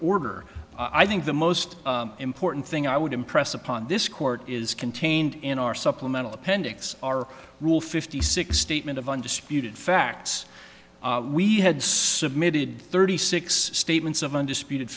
order i think the most important thing i would impress upon this court is contained in our supplemental appendix our rule fifty six statement of undisputed facts we had submitted thirty six statements of undisputed